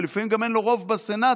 ולפעמים גם אין לו רוב בסנט,